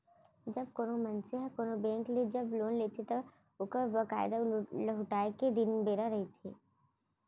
जब कोनो मनसे ह कोनो बेंक ले जब लोन लेथे त ओखर बकायदा लहुटाय के दिन बेरा रहिथे